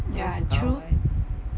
ya true